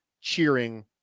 cheering